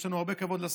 יש לנו הרבה כבוד לשרה.